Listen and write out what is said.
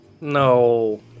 No